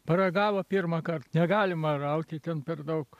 paragavo pirmąkart negalima rauti ten per daug